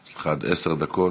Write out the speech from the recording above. יש לך עד עשר דקות.